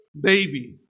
baby